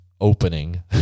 opening